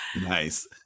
Nice